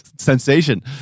sensation